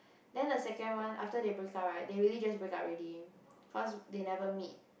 then the second one after they break up right they really just break up already cause they never meet